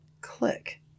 click